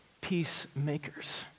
Peacemakers